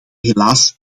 helaas